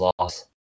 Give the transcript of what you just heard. loss